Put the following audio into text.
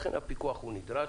לכן הפיקוח נדרש.